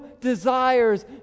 desires